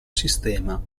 sistema